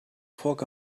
foc